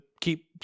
keep